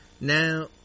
Now